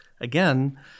again